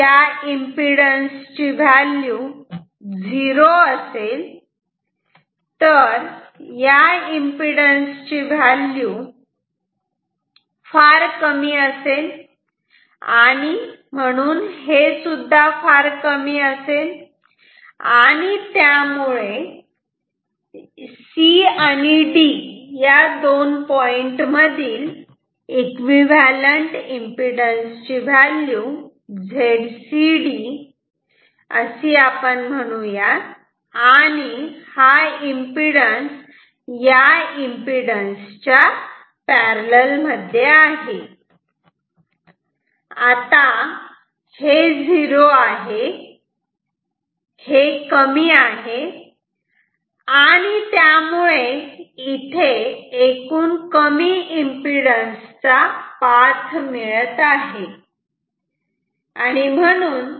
जर या एम्पिडन्स ची व्हॅल्यू झिरो असेल तर या एम्पिडन्स ची व्हॅल्यू फार कमी असेल आणि म्हणून हेसुद्धा फार कमी असेल आणि त्यामुळे C आणि D या दोन पॉईंट मधील एकविव्हॅलंट एम्पिडन्स ची व्हॅल्यू Zcd असे म्हणू या आणि हा एम्पिडन्स या एम्पिडन्स च्या पॅरलल मध्ये आहे आता हे झिरो आहे हे कमी आहे आणि त्यामुळे इथे एकूण कमी एम्पिडन्स चा पाथ मिळत आहे